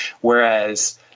Whereas